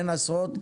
אין עשרות.